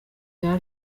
bya